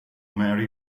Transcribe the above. mary